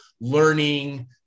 learning